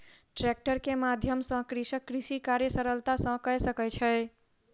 tractor के माध्यम सॅ कृषक कृषि कार्य सरलता सॅ कय सकै छै